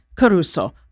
Caruso